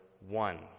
one